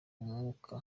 mwuka